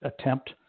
attempt